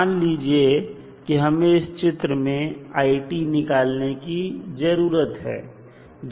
मान लीजिए कि हमें इस चित्र में i निकालने की जरूरत है जब t0 हो